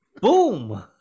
Boom